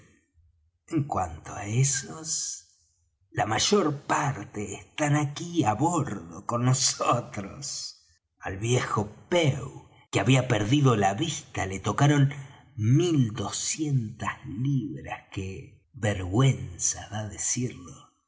cuanto á esos la mayor parte están aquí á bordo con nosotros al viejo pew que había perdido la vista le tocaron mil doscientas libras que vergüenza da